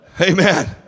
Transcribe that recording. Amen